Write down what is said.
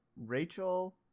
Rachel